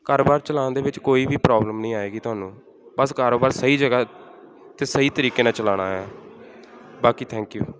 ਕਾਰੋਬਾਰ ਚਲਾਉਣ ਦੇ ਵਿੱਚ ਕੋਈ ਵੀ ਪ੍ਰੋਬਲਮ ਨਹੀਂ ਆਏਗੀ ਤੁਹਾਨੂੰ ਬਸ ਕਾਰੋਬਾਰ ਸਹੀ ਜਗ੍ਹਾ 'ਤੇ ਸਹੀ ਤਰੀਕੇ ਨਾਲ ਚਲਾਉਣਾ ਹੈ ਬਾਕੀ ਥੈਂਕ ਯੂ